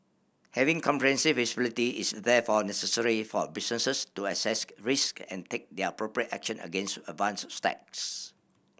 having comprehensive visibility is therefore necessary for businesses to assess risk and take their appropriate action against advanced attacks